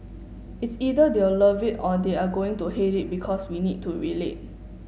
it's either they'll love it or they are going to hate it because we need to relate